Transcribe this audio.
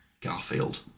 Garfield